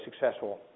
successful